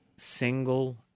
Single